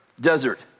desert